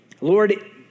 Lord